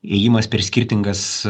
ėjimas per skirtingas